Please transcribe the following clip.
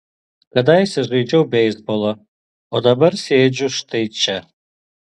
kadaise žaidžiau beisbolą o dabar sėdžiu štai čia